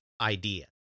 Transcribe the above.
idea